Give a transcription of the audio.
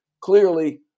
clearly